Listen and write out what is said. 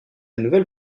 nouvelle